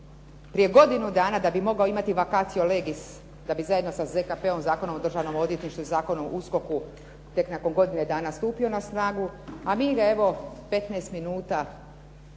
prije godinu dana da bi mogao imati vacatio legis da bi zajedno sa ZKP-om Zakonom o državnom odvjetništvu i Zakonom o USKOK-u tek nakon godine dana stupio na snagu a mi ga evo 15 minuta